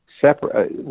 separate